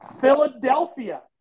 Philadelphia